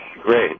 great